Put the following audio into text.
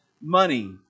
money